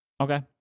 Okay